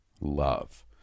love